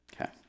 Okay